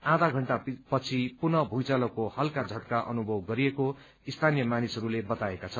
आधा घण्टापछि पुनः भूँइचालोको हल्का झट्का अनुभव गरिएको स्थानीय मानिसहरूले बताएका छन्